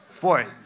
Boy